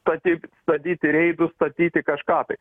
tatik stabdyti reidus statyti kažką tai